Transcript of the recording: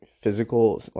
physical